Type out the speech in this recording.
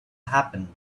happen